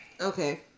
Okay